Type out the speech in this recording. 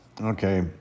okay